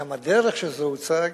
גם הדרך שבה זה הוצג,